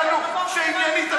אני קובע כי ההצעה אושרה.